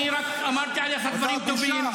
אני רק אמרתי עליך דברים טובים,